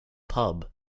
pub